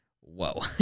Whoa